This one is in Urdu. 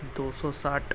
دو سو ساٹھ